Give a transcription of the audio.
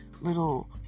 little